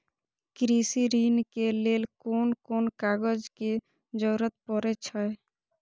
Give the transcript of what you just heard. कृषि ऋण के लेल कोन कोन कागज के जरुरत परे छै?